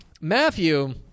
Matthew